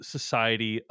Society